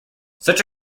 such